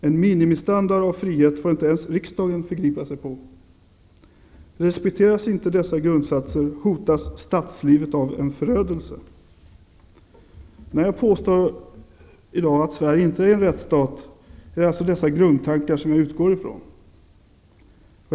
En minimistandard av frihet får inte ens riksdagen förgripa sig på. - Respekteras inte dessa grundsatser, hotas statslivet av förödelse. När jag påstår att Sverige i dag inte är en rättsstat, är det alltså dessa grundtankar som jag utgår från.